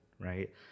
right